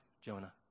Jonah